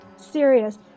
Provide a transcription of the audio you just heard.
serious